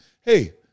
hey